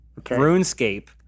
RuneScape